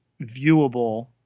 viewable